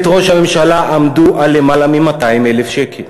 ראש הממשלה היו יותר מ-200,000 שקל,